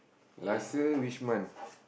last year which month